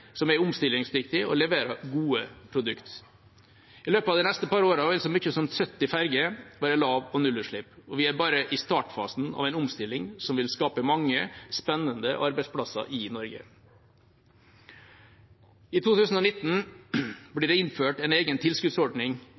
som er omstillingsdyktig og leverer gode produkter. I løpet av de neste par årene vil så mye som 70 ferjer være lav- eller nullutslippsferjer, og vi er bare i startfasen av en omstilling som vil skape mange spennende arbeidsplasser i Norge. I 2019 blir det innført